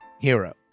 hero